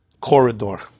corridor